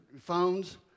phones